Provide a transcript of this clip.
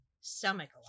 stomach